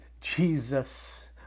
Jesus